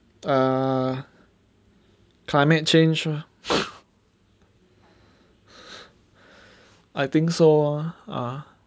err climate change lor I think so ah ah